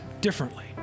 differently